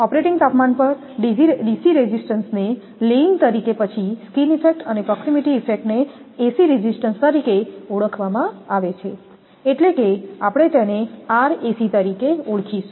operating તાપમાન પર DC રેઝિસ્ટન્સને સ્ટ્રેન્ડિંગલેઈગ તરીકે પછી સ્કીન ઇફેક્ટ અને પ્રોકસીમીટી ઇફેક્ટ ને એસી રેઝિસ્ટન્સ તરીકે ઓળખવામાં આવે છે એટલે કે આપણે Rac તરીકે ઓળખીશું